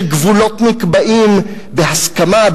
שגבולות נקבעים בהסכמה,